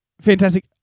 fantastic